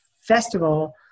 festival